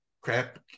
crap